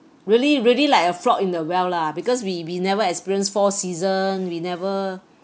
really really like a frog in the well lah because we we never experience four season we never